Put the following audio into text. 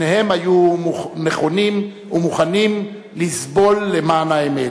שניהם היו נכונים ומוכנים לסבול למען האמת.